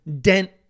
dent